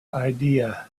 idea